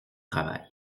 travail